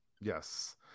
Yes